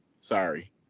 Sorry